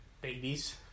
babies